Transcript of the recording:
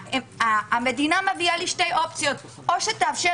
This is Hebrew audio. המדינה מביאה שתי אופציות או תאפשר